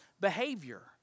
behavior